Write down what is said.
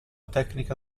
tecnica